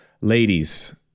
ladies